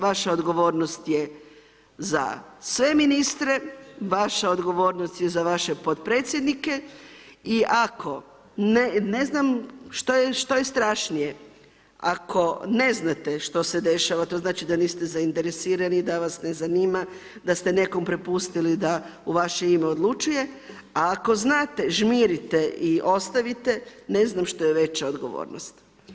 Vaša odgovornost je za sve ministre, vaša odgovornost je za vaše potpredsjednike i ako ne znam što je strašnije, ako ne znate što se dešava, to znači da niste zainteresirani, da vas ne zanima, da ste nekom prepustili da u vaše ime odlučuje, a ako znate žmirite i ostavite, ne znam što je veća odgovornost.